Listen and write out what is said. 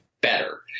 better